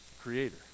creator